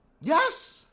Yes